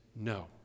no